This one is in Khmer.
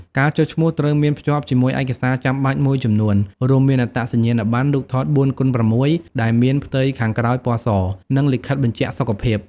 ការចុះឈ្មោះត្រូវមានភ្ជាប់ជាមួយឯកសារចាំបាច់មួយចំនួន រួមមានអត្តសញ្ញាណបណ្ណ រូបថត៤x៦ ដែលមាន ផ្ទៃខាងក្រោយពណ៌ស និងលិខិតបញ្ជាក់សុខភាព។